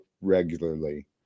regularly